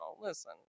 Listen